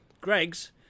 Greg's